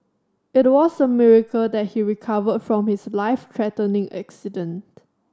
it was a miracle that he recovered from his life threatening accident